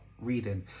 reading